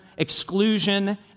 exclusion